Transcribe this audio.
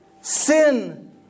Sin